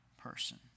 person